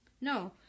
No